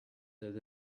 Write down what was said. that